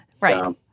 right